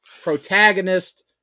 protagonist